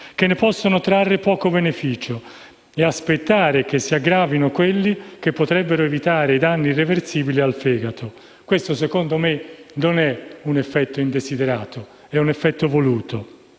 che ne possono trarre poco beneficio, e ad aspettare che si aggravino quelli che potrebbero evitare i danni irreversibili al fegato. Questo - secondo me - non è un effetto indesiderato, ma voluto.